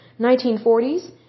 1940s